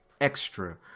extra